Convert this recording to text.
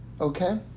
okay